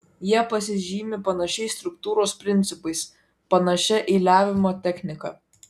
jie pasižymi panašiais struktūros principais panašia eiliavimo technika